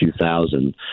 2000